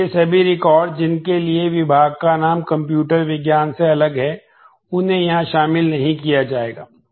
इसलिए सभी रिकॉर्ड जिनके लिए विभाग का नाम कंप्यूटर विज्ञान से अलग है उन्हें यहां शामिल नहीं किया जाएगा